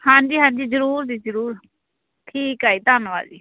ਹਾਂਜੀ ਹਾਂਜੀ ਜ਼ਰੂਰ ਜੀ ਜ਼ਰੂਰ ਠੀਕ ਆ ਜੀ ਧੰਨਵਾਦ ਜੀ